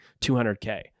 200k